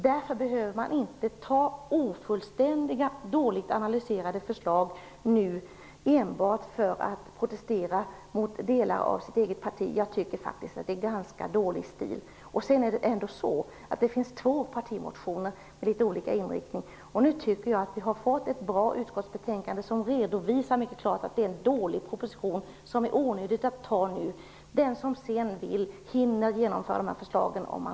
Därför behöver man inte anta ofullständiga, dåligt analyserade förslag nu, enbart för att protestera mot delar av sitt eget parti. Jag tycker faktiskt att det är ganska dålig stil. Det finns ändå två partimotioner med litet olika inriktning. Nu tycker jag att vi har fått ett bra utskottsbetänkande, som redovisar mycket klart att det är en dålig proposition som det är onödigt att anta nu. Den som så önskar hinner genomföra de här förslagen.